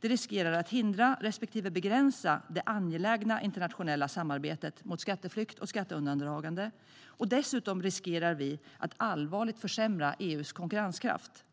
Det riskerar att hindra respektive begränsa det angelägna internationella samarbetet mot skatteflykt och skatteundandragande. Dessutom riskerar det att allvarligt försämra EU:s konkurrenskraft.